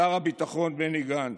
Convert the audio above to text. שר הביטחון בני גנץ,